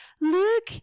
look